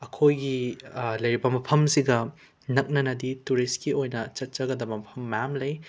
ꯑꯩꯈꯣꯏꯒꯤ ꯂꯩꯔꯤꯕ ꯃꯐꯝꯁꯤꯒ ꯅꯛꯅꯅꯗꯤ ꯇꯨꯔꯤꯁꯀꯤ ꯑꯣꯏꯕ ꯆꯠꯆꯒꯗꯕ ꯃꯐꯝ ꯃꯌꯥꯝ ꯂꯩ